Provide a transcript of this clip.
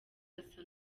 asa